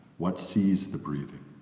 what sees the breathing?